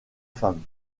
femme